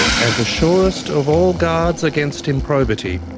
and the surest of all guards against improbity.